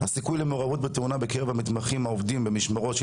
"הסיכוי למעורבות בתאונה בקרב המתמחים העובדים במשמרות של